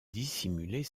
dissimuler